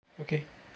okay